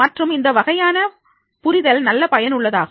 மற்றும் இந்த வகையான புரிதல் நல்ல பயனுள்ளதாகும்